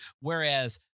Whereas